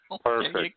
Perfect